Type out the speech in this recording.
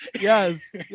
Yes